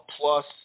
Plus